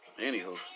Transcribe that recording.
anywho